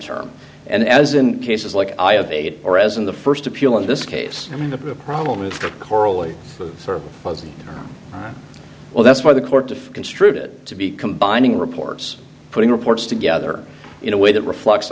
term and as in cases like i have eight or as in the first appeal in this case i mean the problem with coralie for wednesday well that's why the court construed it to be combining reports putting reports together in a way that reflects